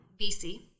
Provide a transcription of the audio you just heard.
VC